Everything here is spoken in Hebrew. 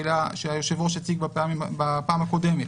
שהיושב-ראש הציג בפעם הקודמת,